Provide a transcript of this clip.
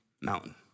mountain